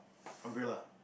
umbrella